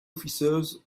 officers